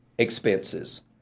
expenses